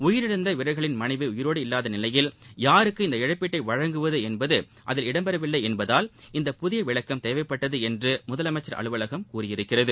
வயிரிழந்த வீரர்களின் மனைவி உயிரோடு இல்லாத நிலையில் யாருக்கு இந்த இழப்பீட்ளட வழங்குவது என்பது அதில் இடம்பெறவில்லை என்பதால் இந்த புதிய விளக்கம் தேவைப்பட்டது என்று முதலமைச்ச் அலுவலகம் கூறியிருக்கிறது